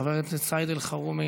חבר הכנסת סעיד אלחרומי,